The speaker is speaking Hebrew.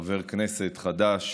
חבר כנסת חדש,